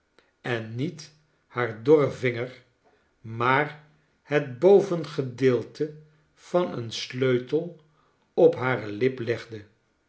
en niet haar dorren vinger maar het bovengedeelte van een sleutel op hare lip legde